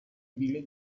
біля